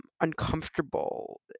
uncomfortable